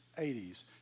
80s